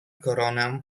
koronę